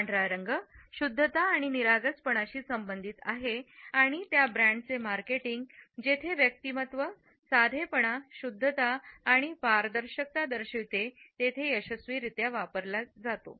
पांढरा शुद्धता आणि निरागसपणाशी संबंधित आहे आणि त्या ब्रांडचे मार्केटींग जेथे व्यक्तिमत्व साधेपणा शुद्धता आणि पारदर्शकता तेथे यशस्वीरित्या वापरला गेला आहे